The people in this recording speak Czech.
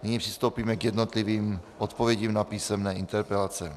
Nyní přistoupíme k jednotlivým odpovědím na písemné interpelace.